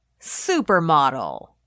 Supermodel